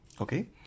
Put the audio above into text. okay